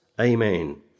Amen